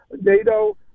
NATO